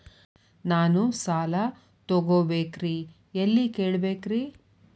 ನಾನು ಸಾಲ ತೊಗೋಬೇಕ್ರಿ ಎಲ್ಲ ಕೇಳಬೇಕ್ರಿ?